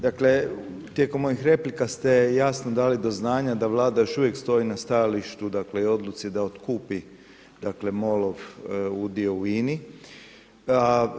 Dakle, tijekom ovih replika ste jasno dali do znanja da vlada još uvijek stoji na stajalištu i odluci da otkupi MOL-ov udio u INA-i.